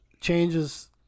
changes